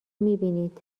میبینید